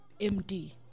MD